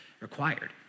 required